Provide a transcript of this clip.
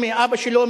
מאבא שלו,